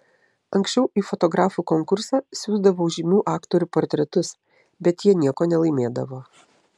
anksčiau į fotografų konkursą siųsdavau žymių aktorių portretus bet jie nieko nelaimėdavo